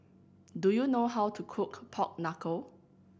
do you know how to cook pork knuckle